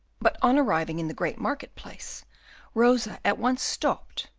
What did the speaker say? but on arriving in the great market-place rosa at once stopped,